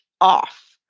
off